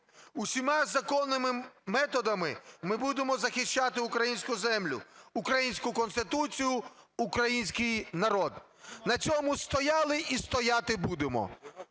Усіма законними методами ми будемо захищати українську землю, українську Конституцію, український народ. На цьому стояли і стояти будемо.